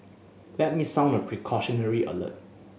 let me sound a precautionary alert